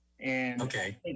Okay